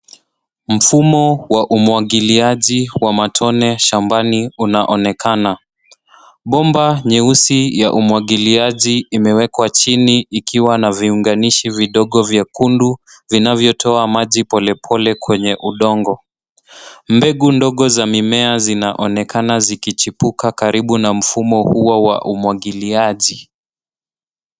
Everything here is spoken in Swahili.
Mfumo wa umwagiliaji wa matone shambani unaonekana. Bomba nyeusi ya umwagiliaji imewekwa chini ikiwa na viunganishi vidogo vyekundu vinavyotoa maji polepole kwenye udongo. Mbegu ndogo za mimea zinaonekana zikichipuka karibu na mfumo huo wa umwagiliaji.